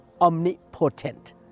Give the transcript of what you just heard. omnipotent